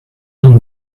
and